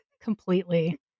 completely